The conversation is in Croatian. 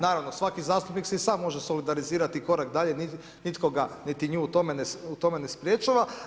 Naravno svaki zastupnik si i sam može solidarizirati korak dalje, nitko ga niti nju u tome ne sprječava.